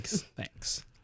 Thanks